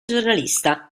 giornalista